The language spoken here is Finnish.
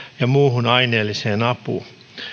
ja muuhun aineelliseen apuun